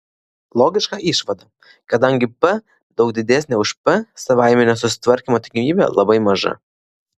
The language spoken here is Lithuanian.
logiška išvada kadangi p daug didesnė už p savaiminio susitvarkymo tikimybė labai maža